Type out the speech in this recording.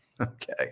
Okay